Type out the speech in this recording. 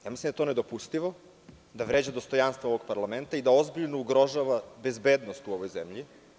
Mislim da je to nedopustivo, da vređa dostojanstvo ovog parlamenta i da ozbiljno ugrožava bezbednost u ovoj zemlji.